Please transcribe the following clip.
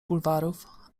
bulwarów